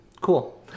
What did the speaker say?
Cool